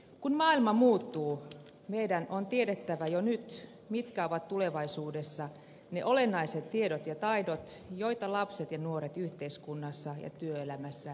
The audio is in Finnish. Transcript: kun maailma muuttuu meidän on tiedettävä jo nyt mitkä ovat tulevaisuudessa ne olennaiset tiedot ja taidot joita lapset ja nuoret yhteiskunnassa ja työelämässä tarvitsevat